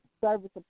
service